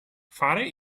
fare